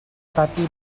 tàpia